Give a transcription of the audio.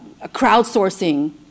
crowdsourcing